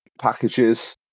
packages